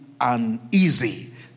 uneasy